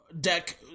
deck